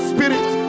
Spirit